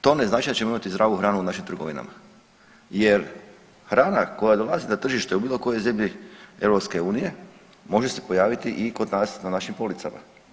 to ne znači da ćemo imati zdravu hranu u našim trgovinama jer hrana koja dolazi na tržište u bilo kojoj zemlji EU može se pojaviti i kod nas na našim policama.